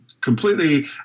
completely